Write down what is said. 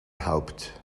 haupt